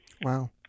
Wow